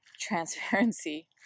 transparency